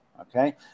okay